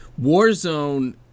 Warzone